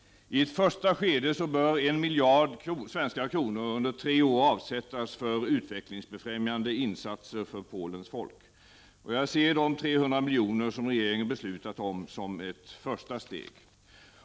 I ett första skede bör en miljard svenska kronor under tre år avsättas för utvecklingsbefrämjande insatser för Polens folk. Och jag ser de 300 milj.kr. som regeringen fattat beslut om som ett första steg.